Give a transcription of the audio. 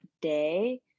day